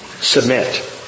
Submit